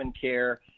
care